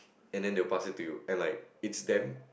and then they will pass it to you and like it's damn